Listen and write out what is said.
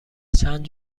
چند